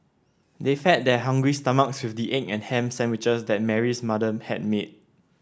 they fed their hungry stomachs with the egg and ham sandwiches that Mary's mother had made